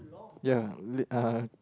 ya with a